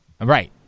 Right